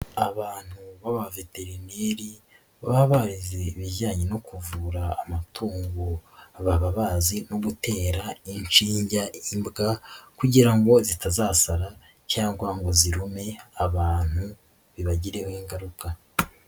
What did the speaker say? Abantu b'abaveterineri baba barize ibijyanye no kuvura amatungo baba bazi no gutera inshinge imbwa kugira ngo zitazasara cyangwa ngo zirume abantu bibagireho ingaruka.